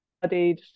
studied